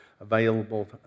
available